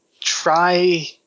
Try